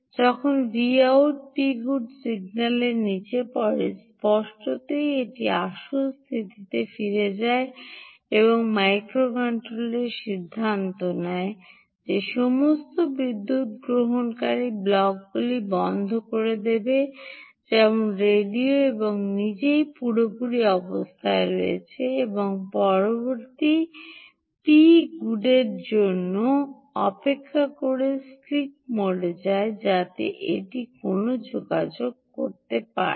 যখন Vout Pgood সিগন্যালের নিচে পড়ে স্পষ্টতই এটির আসল স্থিতিতে ফিরে যায় এবং মাইক্রোকন্ট্রোলার সিদ্ধান্ত নেয় যে সমস্ত বিদ্যুত গ্রহণকারী ব্লকগুলি বন্ধ করে দেবে যেমন রেডিও এবং নিজেই পুরোপুরি অবস্থায় রয়েছে এবং পরবর্তী পগডের জন্য অপেক্ষা করে স্লিপ মোডে যায় যাতে এটি কোনও যোগাযোগ করতে পারে